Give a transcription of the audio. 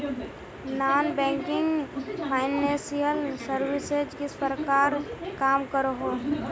Non banking financial services किस प्रकार काम करोहो?